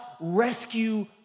rescue